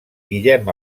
guillem